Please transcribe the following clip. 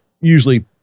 usually